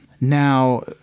Now